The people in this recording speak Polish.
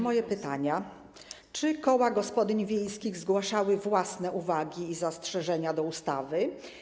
Moje pytania: Czy koła gospodyń wiejskich zgłaszały własne uwagi i zastrzeżenia do ustawy?